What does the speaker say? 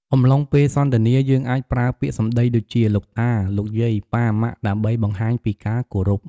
អំឡុងពេលសន្ទនាយើងអាចប្រើពាក្យសំដីដូចជា លោកតា លោកយាយ ប៉ា ម៉ាក់ ដើម្បីបង្ហាញពីការគោរព។